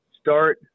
start –